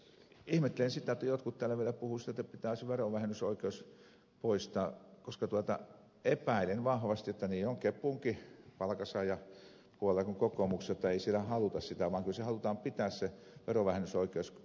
ihmettelen sitä että jotkut täällä vielä puhuvat että pitäisi verovähennysoikeus poistaa koska epäilen vahvasti että niin on kepunkin palkansaajapuolella kuin kokoomuksessa jotta ei siellä haluta sitä vaan kyllä halutaan pitää se verovähennysoikeus